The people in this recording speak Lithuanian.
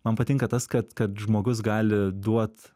man patinka tas kad kad žmogus gali duot